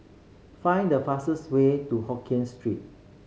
find the fastest way to Hokien Street